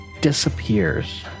disappears